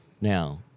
Now